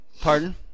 Pardon